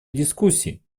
дискуссий